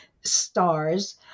stars